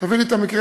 תביא לי את המקרה.